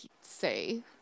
say